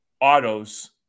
autos